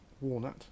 walnut